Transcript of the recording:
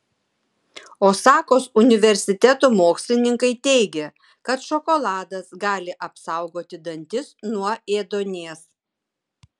osakos universiteto mokslininkai teigia kad šokoladas gali apsaugoti dantis nuo ėduonies